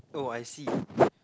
oh I see